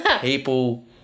People